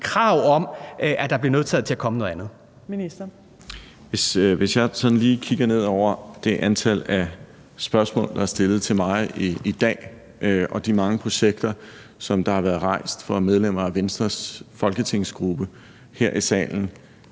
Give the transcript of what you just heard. Transportministeren (Benny Engelbrecht): Hvis jeg sådan lige kigger ned over det antal af spørgsmål, der er stillet til mig i dag, og de mange projekter, som der har været rejst fra medlemmer af Venstres folketingsgruppe her i salen,